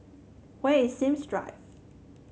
where is Sims Drive